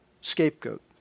scapegoat